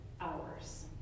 hours